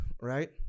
right